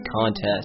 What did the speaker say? contest